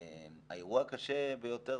האירוע הקשה ביותר,